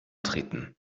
treten